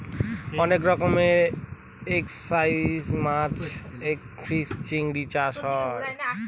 অনেক রকমের ত্রুসটাসিয়ান মাছ ক্রাইফিষ, চিংড়ি চাষ হয়